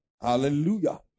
hallelujah